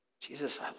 Jesus